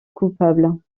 coupable